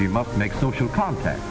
she must make social contact